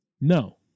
No